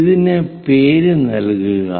ഇതിന് പേര് നൽകുക